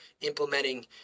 implementing